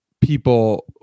people